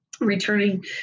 Returning